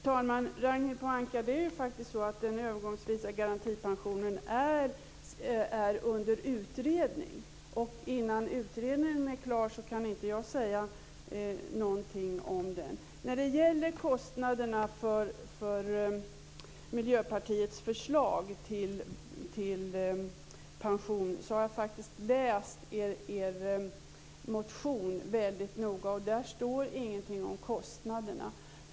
Fru talman! Ragnhild Pohanka, den övergångsvisa garantipensionen är faktiskt under utredning. Jag kan inte säga någonting om utredningen innan den är klar. När det gäller kostnaderna avseende Miljöpartiets förslag till pension kan jag säga att jag faktiskt har läst er motion väldigt noga. Där står det ingenting om kostnaderna.